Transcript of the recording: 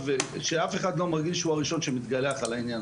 גם היא צריכה להגיע לראשון-לציון כדי